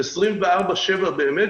זה 24/7 באמת,